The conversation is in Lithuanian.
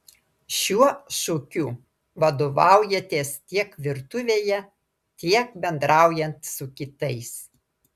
šiuo šūkiu vadovaujatės tiek virtuvėje tiek bendraujant su kitais